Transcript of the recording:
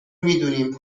میدونیم